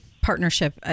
partnership